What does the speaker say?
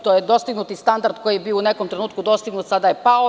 To je dvostruki standard koji je bio u nekom trenutku dostignut, a sada je pao.